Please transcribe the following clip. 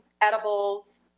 edibles